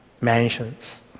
mansions